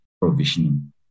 provisioning